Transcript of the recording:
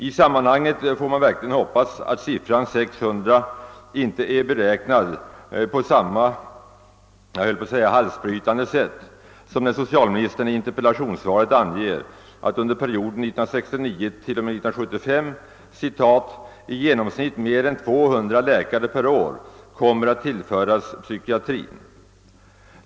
I sammanhanget får man verkligen hoppas att siffran 600 inte är beräknad på samma, jag höll på att säga halsbrytande, sätt som när socialministern i interpellationssvaret anger att under perioden 1969—1975 »i genomsnitt mer än 200 läkare per år« kommer att tillföras psykiatrin.